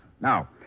Now